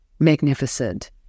Magnificent